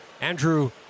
Andrew